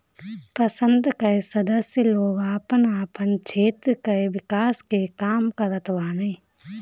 संसद कअ सदस्य लोग आपन आपन क्षेत्र कअ विकास के काम करत बाने